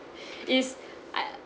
is I